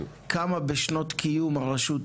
כמה הסדרתם בשנות קיום הרשות?